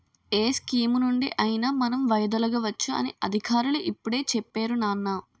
ఏ స్కీమునుండి అయినా మనం వైదొలగవచ్చు అని అధికారులు ఇప్పుడే చెప్పేరు నాన్నా